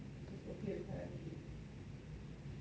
it wasn't mutation closed his enemy use a mutation anjali and